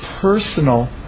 personal